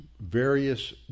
various